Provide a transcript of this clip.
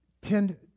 tend